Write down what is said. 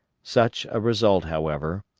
such a result, however,